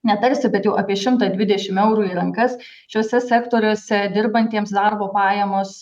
ne tarsi bet jau apie šimtą dvidešim eurų į rankas šiuose sektoriuose dirbantiems darbo pajamos